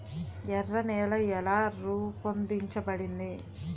ఎర్ర నేల ఎలా రూపొందించబడింది?